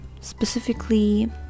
specifically